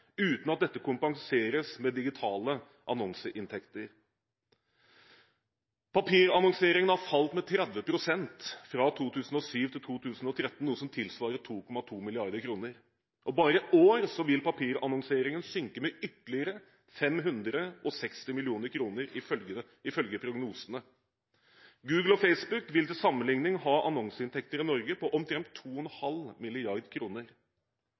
uten at dette kompenseres med digitale annonseinntekter. Papirannonseringen har falt med 30 pst. fra 2007 til 2013, noe som tilsvarer 2,2 mrd. kr, og bare i år vil papirannonseringen synke med ytterligere 560 mill. kr, ifølge prognosene. Google og Facebook vil til sammenligning ha annonseinntekter i Norge på omtrent 2,5